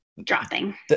dropping